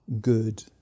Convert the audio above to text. good